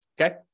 okay